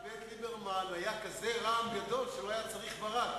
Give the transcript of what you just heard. ליברמן היה כזה רעם גדול, שלא היה צריך ברק.